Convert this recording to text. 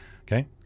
Okay